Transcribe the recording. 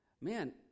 man